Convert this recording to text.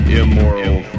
immoral